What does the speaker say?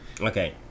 Okay